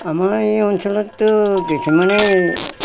আমাৰ এই অঞ্চলততো কিছুমানে